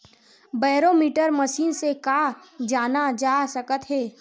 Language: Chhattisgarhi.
बैरोमीटर मशीन से का जाना जा सकत हे?